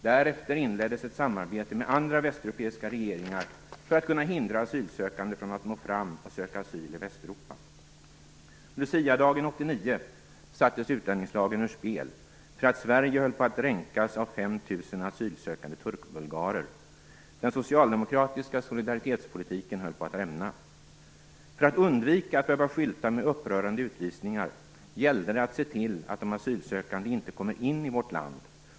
Därefter inleddes ett samarbete med andra västeuropeiska regeringar för att kunna hindra asylsökande från att nå fram och söka asyl i Luciadagen 1989 sattes utlänningslagen ur spel för att Sverige höll på att dränkas av 5 000 asylsökande turkbulgarer. Den socialdemokratiska solidaritetspolitiken höll på att rämna. För att undvika att behöva skylta med upprörande utvisningar gällde det att se till att de asylsökande inte kom in i vårt land.